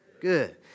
good